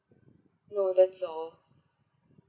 no that's all